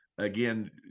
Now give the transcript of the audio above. Again